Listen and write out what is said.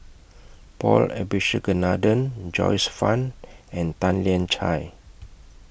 Paul Abisheganaden Joyce fan and Tan Lian Chye